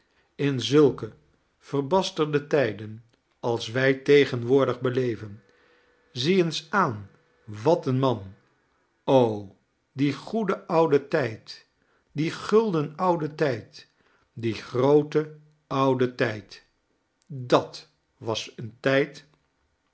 in zulke verbasterde tijden als wij tegenwoordig beleven zie eens aanl wat een man die goede oude tijd die gulden oude tijd die groote oude tijd dat was een tijd